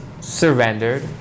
surrendered